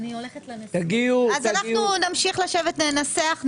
אנחנו נמשיך לשבת ולנסח,